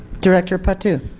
director patu